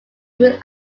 within